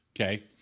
Okay